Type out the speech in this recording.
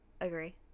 Agree